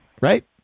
Right